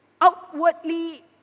outwardly